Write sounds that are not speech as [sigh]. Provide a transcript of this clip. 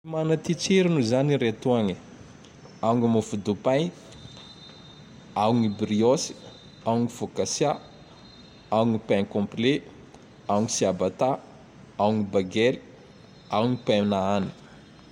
Mana [noise] ty [noise] tsirony [noise] zany [noise] retoagne: [noise] ao gny [noise] mofo [noise] dopay, [noise] ao [noise] gn [noise] briosy, [noise] ao [noise] gn [noise] fôkasia, [noise] ao [noise] gn [noise] pain [noise] complet, [noise] ao [noise] gn siabatà, [noise] ao [noise] gn [noise] baget, [noise] ao gn [unintelligible]